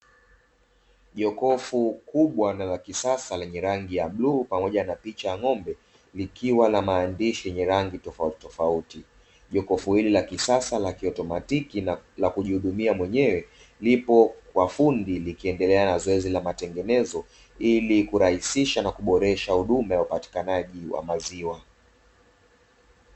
Jokofu kubwa na la kisasa lenye rangi ya bluu pamoja na picha ya ng’ombe likiwa na maandishi yenye rangi tofautitofauti, jokofu hili la kisasa la kiautomatiki la kujihudumia mwenyewe lipo kwa fundi likiendelea na zoezi la matengenezo ili kurahisisha na kuboresha huduma ya upatikanaji wa maziwa.